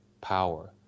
power